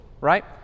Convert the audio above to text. right